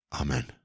Amen